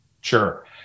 Sure